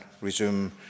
resume